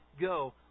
go